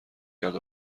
کرد